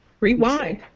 Rewind